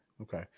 Okay